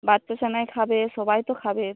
বাচ্চা সে নাই খাবে সবাই তো খাবে